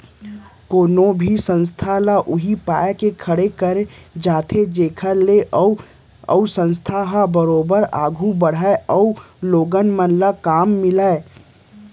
कोनो भी संस्था ल उही पाय के खड़े करे जाथे जेखर ले ओ संस्था ह बरोबर आघू बड़हय अउ लोगन ल काम मिलय